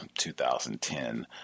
2010